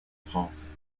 france